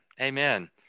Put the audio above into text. amen